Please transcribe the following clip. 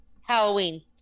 Halloween